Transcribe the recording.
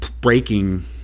breaking